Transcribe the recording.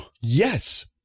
Yes